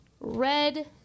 red